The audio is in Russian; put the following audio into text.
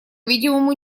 видимому